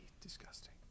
disgusting